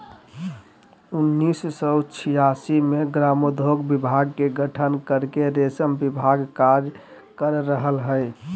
उन्नीस सो छिआसी मे ग्रामोद्योग विभाग के गठन करके रेशम विभाग कार्य कर रहल हई